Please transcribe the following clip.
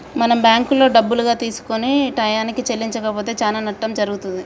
మనం బ్యాంకులో డబ్బులుగా తీసుకొని టయానికి చెల్లించకపోతే చానా నట్టం జరుగుతుంది